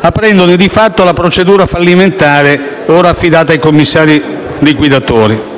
aprendo di fatto la procedura fallimentare affidata ora ai commissari liquidatori.